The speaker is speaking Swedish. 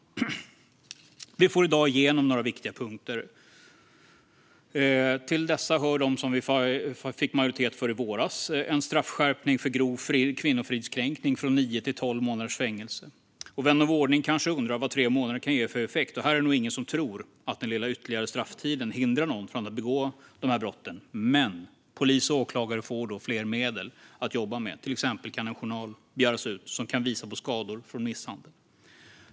Vi får i dag igenom några viktiga punkter. Det som vi fick majoritet för i våras hör dit, det vill säga en straffskärpning för grov kvinnofridskränkning från nio till tolv månaders fängelse. Vän av ordning kanske undrar vad tre månader kan ge för effekt. Det är nog ingen som tror att den ytterligare lilla strafftiden hindrar någon från att begå dessa brott, men polis och åklagare får fler medel att jobba med. Till exempel kan en journal begäras ut som kan visa på skador från misshandel.